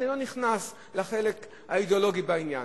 אני לא נכנס לחלק האידיאולוגי בעניין,